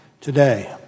today